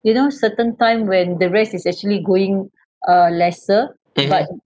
you know certain time when the rates is actually going uh lesser but